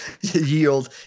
yield